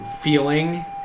feeling